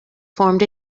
formed